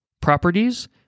properties